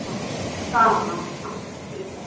हाँ हाँ हाँ हाँ ठीक है